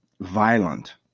violent